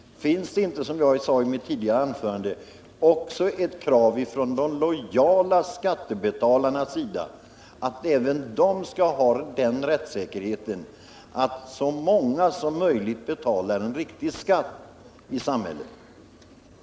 Finns det inte, som jag sade i mitt tidigare anförande, också ett krav från de lojala skattebetalarna, att även de skall ha den rättssäkerheten att så många som möjligt betalar en riktig skatt i samhället?